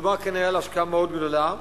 ומדובר כנראה על השקעה מאוד גדולה.